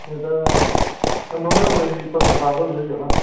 इह्दा खन्ना तोड़ी कोई पंद्रहां ठारहां तोड़ी होई जाना